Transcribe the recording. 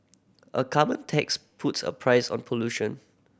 a carbon tax puts a price on pollution